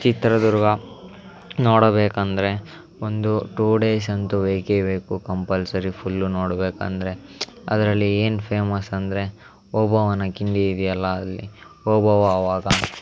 ಚಿತ್ರದುರ್ಗ ನೋಡಬೇಕಂದರೆ ಒಂದು ಟೂ ಡೇಸಂತೂ ಬೇಕೇ ಬೇಕು ಕಂಪಲ್ಸರಿ ಫುಲ್ಲು ನೋಡಬೇಕಂದ್ರೆ ಅದರಲ್ಲಿ ಏನು ಫೇಮಸ್ ಅಂದರೆ ಓಬವ್ವನ ಕಿಂಡಿ ಇದೆಯಲ್ಲ ಅಲ್ಲಿ ಓಬವ್ವ ಅವಾಗ